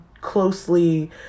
closely